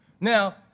Now